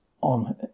on